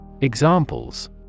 Examples